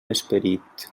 esperit